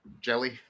Jelly